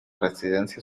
residencia